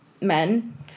men